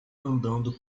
andando